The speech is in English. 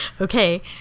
Okay